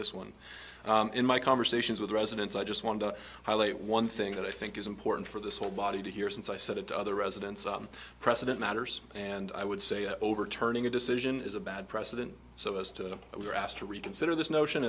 this one in my conversations with residents i just want to highlight one thing that i think is important for this whole body to hear since i said it to other residents president matters and i would say overturning a decision is a bad precedent so as to what we were asked to reconsider this notion